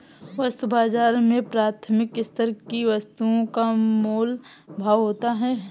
वस्तु बाजार में प्राथमिक स्तर की वस्तुओं का मोल भाव होता है